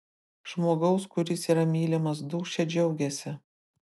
žmogaus kuris yra mylimas dūšia džiaugiasi